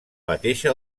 mateixa